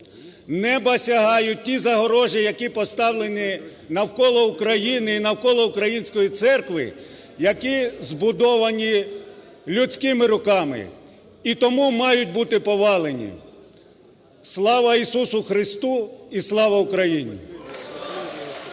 Неба сягають ті загорожі, які поставлені навколо України і навколо Української Церкви, які збудовані людськими руками, і тому мають бути повалені. Слава Ісусу Христу! І Слава Україні!